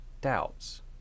doubts